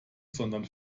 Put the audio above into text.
sondern